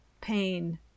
pain